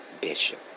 Bishop